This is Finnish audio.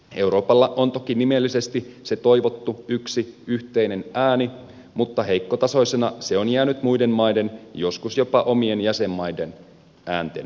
euroopalla on toki nimellisesti se toivottu yksi yhteinen ääni mutta heikkotasoisena se on jäänyt muiden maiden joskus jopa omien jäsenmaiden äänten alle